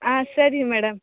ಹಾಂ ಸರಿ ಮೇಡಮ್